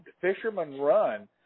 fisherman-run